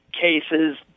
cases